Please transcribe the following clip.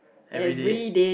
everyday